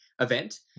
event